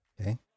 Okay